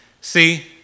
See